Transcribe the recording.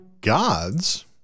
gods